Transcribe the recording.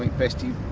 bestie,